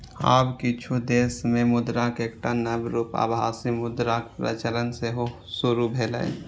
आब किछु देश मे मुद्राक एकटा नव रूप आभासी मुद्राक प्रचलन सेहो शुरू भेलैए